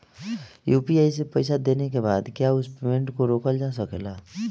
UPI से पईसा देने के बाद क्या उस पेमेंट को रोकल जा सकेला?